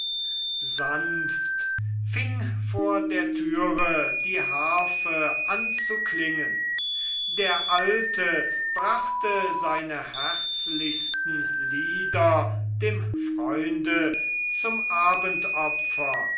sanft fing vor der türe die harfe an zu klingen der alte brachte seine herzlichsten lieder dem freunde zum